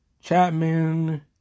Chapman